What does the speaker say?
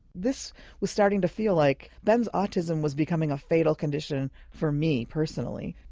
this was starting to feel like ben's autism was becoming a fatal condition for me personally.